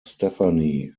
stephanie